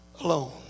alone